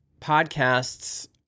podcasts